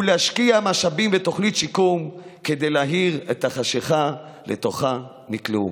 ונשקיע משאבים בתוכנית שיקום כדי להאיר את החשכה שלתוכה הם נקלעו.